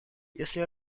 если